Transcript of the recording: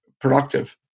productive